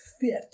fit